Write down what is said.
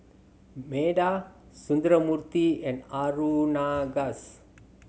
Medha Sundramoorthy and Aurangzeb